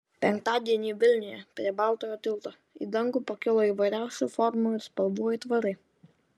penktadienį vilniuje prie baltojo tilto į dangų pakilo įvairiausių formų ir spalvų aitvarai